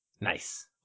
Nice